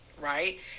right